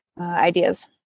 ideas